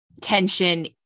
tension